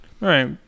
Right